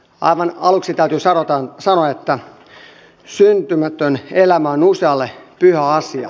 aivan aluksi täytyy sanoa että syntymätön elämä on usealle pyhä asia